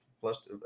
Plus